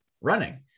running